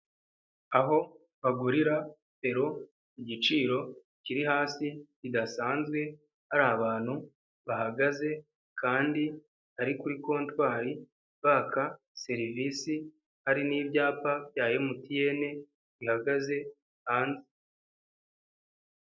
Aho bagurira pero igiciro kiri hasi ki bidasanzwe, hari abantu bahagaze kandi ari kuri kontwari baka serivisi, hari n'byapa bya MTN bihagaze.